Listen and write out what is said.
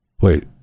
wait